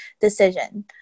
decision